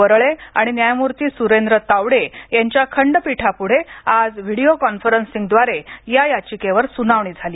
वरळे आणि न्या सुरेन्द्र तावडे यांच्या खंडपीठाप्ढे आज व्हिडीओ कौन्फरन्सिंगद्वारे या याचिकेवर स्नावणी झाली